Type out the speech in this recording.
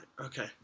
okay